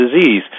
disease